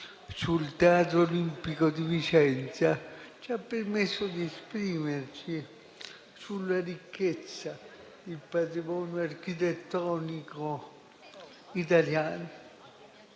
sul Teatro Olimpico di Vicenza, ci ha permesso di esprimerci sulla ricchezza del patrimonio architettonico italiano.